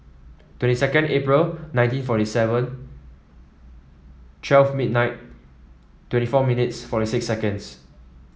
twenty second April nineteen forty seven twelve twenty four millions forty six seconds